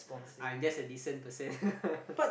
I'm just a decent person